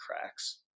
cracks